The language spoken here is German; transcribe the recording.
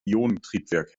ionentriebwerk